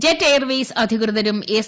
jet airways അധികൃതരും S